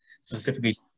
specifically